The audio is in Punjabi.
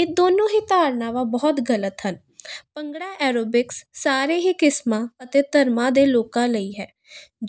ਇਹ ਦੋਨੋਂ ਹੀ ਧਾਰਨਾਵਾਂ ਬਹੁਤ ਗਲਤ ਹਨ ਭੰਗੜਾ ਐਰੋਬਿਕਸ ਸਾਰੇ ਹੀ ਕਿਸਮਾਂ ਅਤੇ ਧਰਮਾਂ ਦੇ ਲੋਕਾਂ ਲਈ ਹੈ